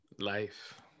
Life